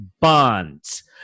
bonds